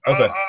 Okay